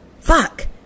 fuck